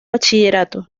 bachillerato